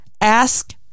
Ask